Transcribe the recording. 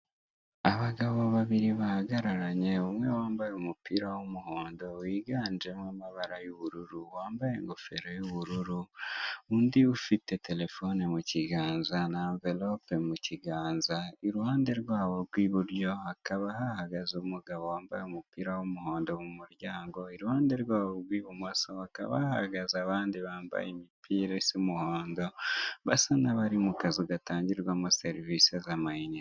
Abagabo babiri bahagararanye umwe wambaye umupira w'umuhondo wiganjemo amabara y'ubururu wambaye ingofero y'ubururu, undi ufite terefone mu kiganza n'amvelope mu kiganza, iruhande rwabo rw'iburyo hakaba hahagaze umugabo wambaye umupira w'umuhondo mu muryango iruhande rwabo rw'ibumoso hakaba bahagaze abandi bambaye imipira y'umuhondo basa n'abari mu kazu gatangirwamo serivisi z'amayinite.